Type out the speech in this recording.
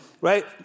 right